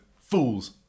fools